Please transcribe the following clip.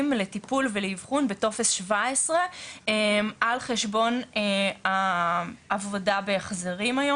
לטיפול ולאבחון בטופס 17 על חשבון העבודה בהחזרים היום.